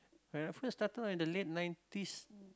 when I first started out in the late nineties